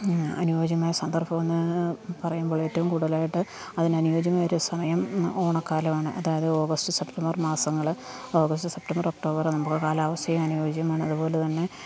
അനുയോജ്യമായ സന്ദർഭം എന്ന് പറയുമ്പോൾ ഏറ്റവും കൂടുതലായിട്ട് അതിന് അനുയോജ്യമായൊരു സമയം ഓണക്കാലം ആണ് അതായത് ഓഗസ്റ്റ് സെപ്റ്റംബർ മാസങ്ങൾ ഓഗസ്റ്റ് സെപ്റ്റംബർ ഒക്ടോബർ ആവുമ്പം കാലാവസ്ഥയും അനുയോജ്യമാണ് അതുപോലെ തന്നെ